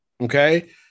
okay